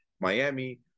Miami